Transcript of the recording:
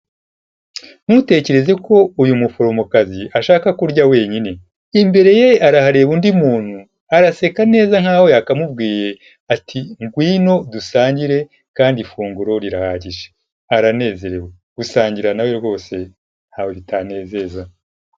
Ntutekereze ko uyu muforomokazi ashaka kurya wenyine. Imbere ye arahareba undi muntu, araseka neza nkaho yakamubwiye ati ngwino dusangire kandi ifunguro rirahagije, aranezerewe. Gusangira na we rwose ntawe bitanezeza.